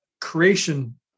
creation